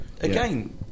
again